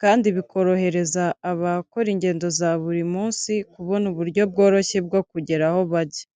kandi bikorohereza abakora ingendo za buri munsi kubona uburyo bworoshye bwo kugera aho bajya.